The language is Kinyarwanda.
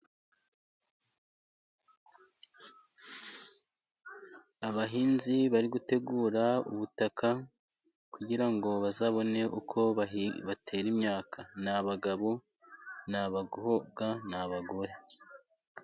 Abahinzi bari gutegura ubutaka, kugira ngo bazabone uko batera imyaka. Ni abagabo n'abakobwa n'abagore.